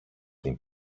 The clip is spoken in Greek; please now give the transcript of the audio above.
την